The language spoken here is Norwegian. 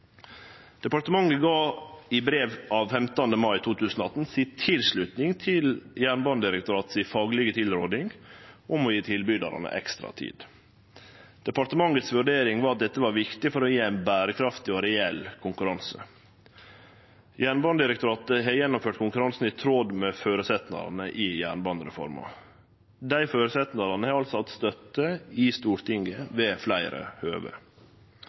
Departementet gav i brev av 15. mai 2018 tilslutning til Jernbanedirektoratet si faglege tilråding om å gje tilbydarane ekstra tid. Departementets vurdering var at dette var viktig for å gje ein berekraftig og reell konkurranse. Jernbanedirektoratet har gjennomført konkurransen i tråd med føresetnadane i jernbanereforma. Dei føresetnadane har altså hatt støtte i Stortinget ved fleire høve.